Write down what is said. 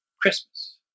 Christmas